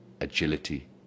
agility